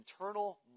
internal